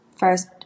first